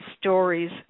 stories